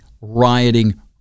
rioting